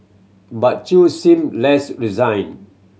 but Chew seemed less resigned